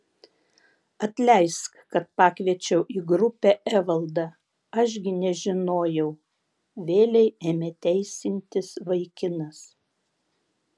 atleisk kad pakviečiau į grupę evaldą aš gi nežinojau vėlei ėmė teisintis vaikinas